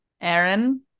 Aaron